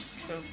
True